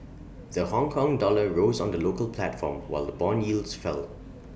the Hongkong dollar rose on the local platform while Bond yields fell